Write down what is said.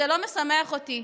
זה לא משמח אותי,